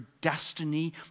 destiny